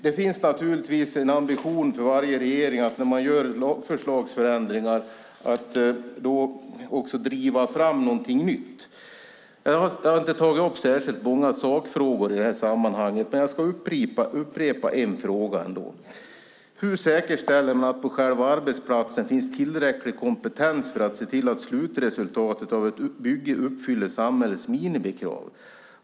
Det finns naturligtvis en ambition för varje regering som gör lagförslagsförändringar att också driva fram någonting nytt. Jag har inte tagit upp särskilt många sakfrågor i detta sammanhang, men jag ska upprepa en fråga. Hur säkerställer man att det på själva arbetsplatsen finns tillräcklig kompetens för att se till att slutresultatet av ett bygge uppfyller samhällets minimikrav?